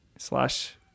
Slash